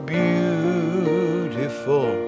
beautiful